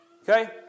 Okay